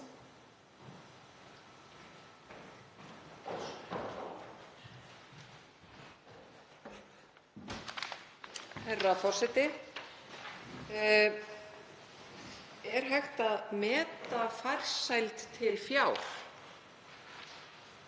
Er hægt að meta farsæld til fjár?